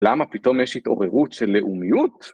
למה פתאום יש התעוררות של לאומיות?